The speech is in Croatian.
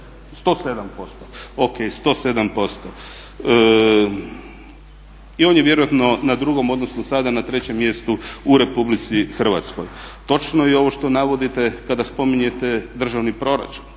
108 ili ne znam 107%. I on je vjerojatno na drugom, odnosno sada na trećem mjestu u RH. Točno je i ovo što navodite kada spominjete državni proračun